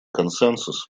консенсус